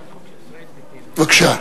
בבקשה.